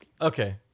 Okay